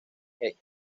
get